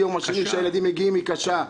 היום השני שהילדים מגיעים היא קשה.